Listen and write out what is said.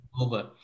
over